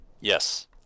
yes